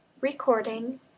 Recording